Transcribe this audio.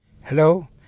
Hello